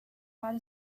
bought